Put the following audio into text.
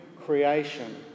creation